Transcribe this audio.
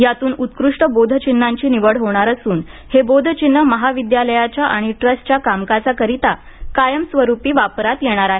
यातून उत्कृष्ट बोधचिन्हांची निवड होणार असून हे बोध चिन्ह महाविद्यालयाच्या आणि ट्रस्टच्या कामकाजाकरीता कायमस्वरूपी वापरात येणार आहे